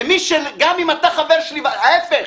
גם אם אתה חבר שלי ההיפך,